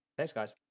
thanks guys,